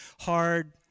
hard